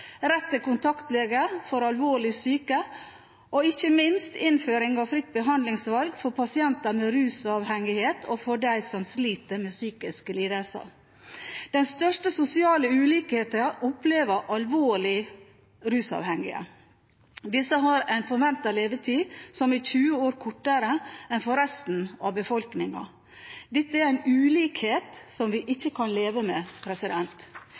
rett til kontaktlege for alvorlig syke og ikke minst innføring av fritt behandlingsvalg for pasienter med rusavhengighet og for dem som sliter med psykiske lidelser. Den største sosiale ulikheten opplever alvorlig rusavhengige. De har en forventet levetid som er 20 år kortere enn for resten av befolkningen. Dette er en ulikhet vi ikke kan leve med.